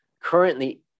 Currently